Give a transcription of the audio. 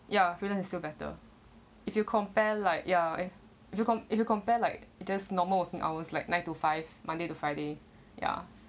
ya freelance is still better if you compare like ya if you com~ if you compare like just normal working hours like nine to five monday to friday ya